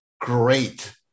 great